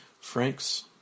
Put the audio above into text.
Frank's